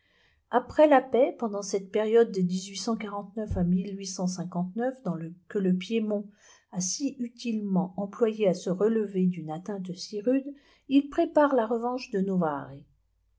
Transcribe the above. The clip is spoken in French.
après la paix pendant cette période de à que le piémont a si utilement employée à se relever d'une atteinte si rude il prépare la revanche de